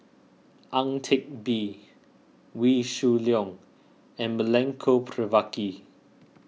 Ang Teck Bee Wee Shoo Leong and Milenko Prvacki